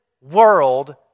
world